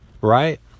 right